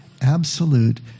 absolute